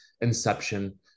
inception